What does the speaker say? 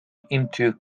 into